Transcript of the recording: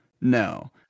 No